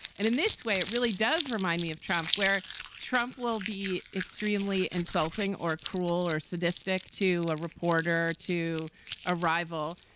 and in this way, it really does remind me of trump, where trump will be extremely insulting or. cruel or sadistic? to a reporter, to a rival.